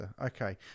okay